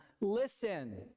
Listen